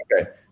Okay